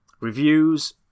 Reviews